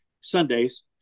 sundays